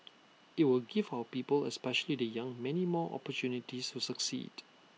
IT will give our people especially the young many more opportunities to succeed